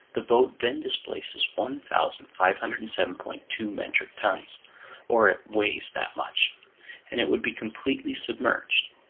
the boat then displaces one thousand five hundred and seven point two metric tons or it weighs that much and it would be completely submerged.